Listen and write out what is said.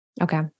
Okay